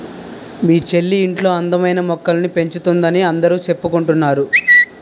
మీ చెల్లి ఇంట్లో అందమైన మొక్కల్ని పెంచుతోందని అందరూ చెప్పుకుంటున్నారు